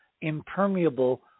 impermeable